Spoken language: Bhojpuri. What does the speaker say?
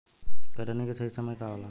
कटनी के सही समय का होला?